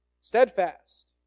steadfast